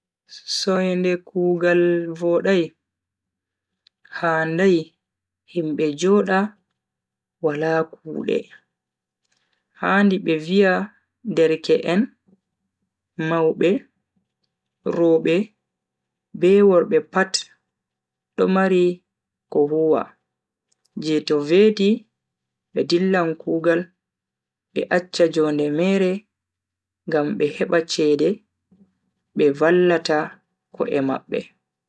Soinde kugaal vodai, handai himbe jooda wala kuude. handi be viya derke en, maube, robe be worbe pat do mari ko huwa je to veti be dillan kugal be accha jonde mere ngam be heba chede be vallata ko'e mabbe.